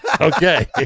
Okay